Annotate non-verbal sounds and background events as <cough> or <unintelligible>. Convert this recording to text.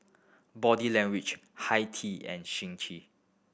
Body Language Hi Tea and <unintelligible>